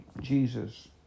Jesus